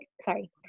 sorry